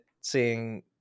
seeing